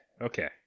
Okay